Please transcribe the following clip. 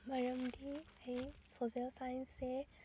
ꯃꯔꯝꯗꯤ ꯑꯩ ꯁꯣꯁꯦꯜ ꯁꯥꯏꯟꯁꯁꯦ